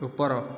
ଉପର